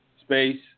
space